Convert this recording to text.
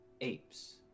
apes